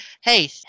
hey